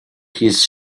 his